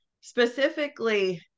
specifically